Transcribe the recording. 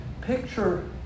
picture